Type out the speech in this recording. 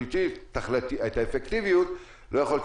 לגבי רשימת החוזרים מחו"ל ולגבי מי שאמורים